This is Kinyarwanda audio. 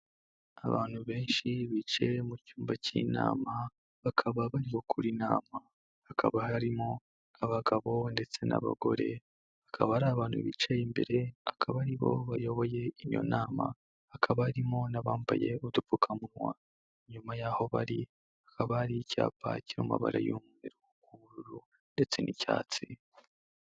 Abantu benshi bicaye mu cyumba cy'inama bakaba bari gukora inama, hakaba harimo abagabo ndetse n'abagore, akaba ari abantu bicaye imbere akaba ari bo bayoboye iyo nama, hakaba harimo n'abambaye udupfukamunwa, nyuma yaho bari hakaba hari icyapa cy'amabara y'umweru, ubururu ndetse n'icyatsi.